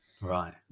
Right